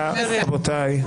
תודה, רבותיי.